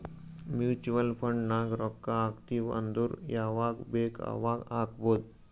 mutual fund ನಾಗ್ ರೊಕ್ಕಾ ಹಾಕ್ತಿವ್ ಅಂದುರ್ ಯವಾಗ್ ಬೇಕ್ ಅವಾಗ್ ಹಾಕ್ಬೊದ್